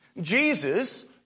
Jesus